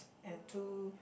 and two